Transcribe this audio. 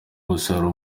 umusaruro